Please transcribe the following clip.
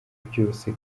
byose